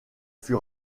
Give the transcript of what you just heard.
fut